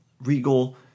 Regal